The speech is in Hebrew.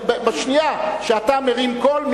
בשנייה שאתה מרים קול,